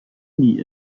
nie